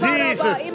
Jesus